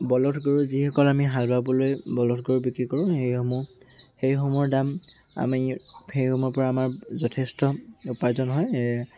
বলধ গৰু যিসকল আমি হাল বাবলৈ বলধ গৰু বিক্ৰী কৰোঁ সেইসমূহ সেইসমূহৰ দাম আমি সেইসমূহৰ পৰা আমাৰ যথেষ্ট উপাৰ্জন হয়